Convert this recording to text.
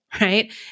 right